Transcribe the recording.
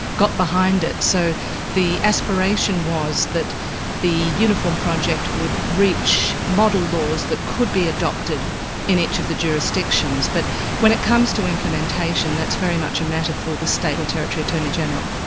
got behind it, so the aspiration was that the uniform project would reach model laws that could be adopted in each of the jurisdictions, but when it comes to implementation that's very much a matter for the state or territory attorney-general.